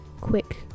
Quick